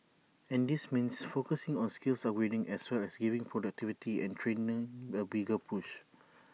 and this means focusing on skills upgrading as well as giving productivity and training A bigger push